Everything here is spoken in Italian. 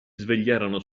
svegliarono